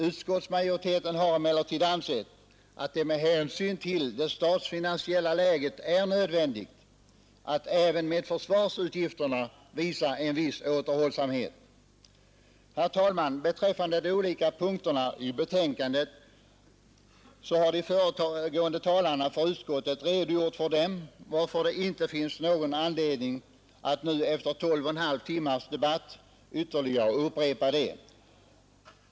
Utskottsmajoriteten har emellertid ansett att det med hänsyn till det statsfinansiella läget är nödvändigt att även med försvarsutgifterna visa en viss återhållsamhet. Herr talman! De föregående talarna för utskottet har redogjort för de olika punkterna i betänkandet, varför det inte finns någon anledning att nu efter elva och en halv timmars debatt ytterligare upprepa det.